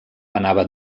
anava